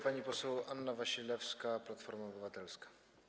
Pani poseł Anna Wasilewska, Platforma Obywatelska.